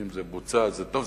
אם זה בוצע אז זה טוב.